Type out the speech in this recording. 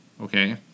Okay